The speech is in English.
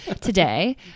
today